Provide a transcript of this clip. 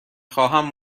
خواهم